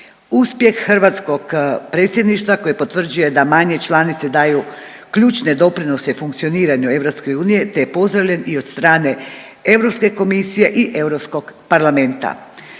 Uspjeh hrvatskog predsjedništva koje potvrđuje da manje članice daju ključne doprinose funkcioniranju EU te je pozdravljen i od strane Europske komisije i Europskog parlamenta.